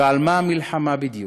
ועל מה המלחמה בדיוק?